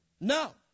No